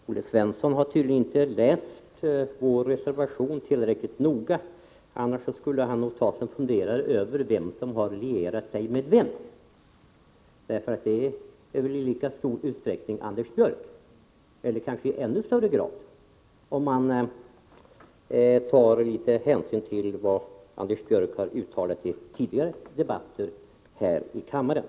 Herr talman! Olle Svensson har tydligen inte läst vår reservation tillräckligt noga. Hade han gjort det, skulle han nog ha tagit sig en funderare över vem som har lierat sig med vem. Han skulle då ha funnit att det i lika stor — eller kanske ännu större — utsträckning är Anders Björck som lierat sig med oss, om hänsyn också tas till vad Anders Björck uttalat i tidigare debatter här i kammaren.